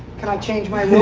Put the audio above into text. can i change my